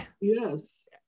Yes